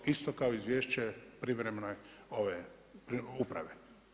Isto kao i izvješće privremene, ove uprave.